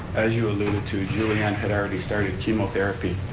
as you alluded to, julianne had already started chemotherapy.